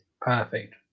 perfect